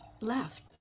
left